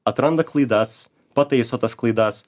atranda klaidas pataiso tas klaidas